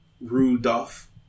Rudolph